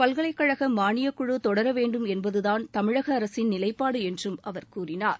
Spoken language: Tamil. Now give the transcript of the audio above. பல்கலைக்கழகமானியக்குழுதொடரவேண்டும் என்பதுதான் தமிழகஅரசின் நிலைப்பாடுஎன்றும் அவர் கூறினார்